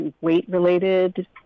weight-related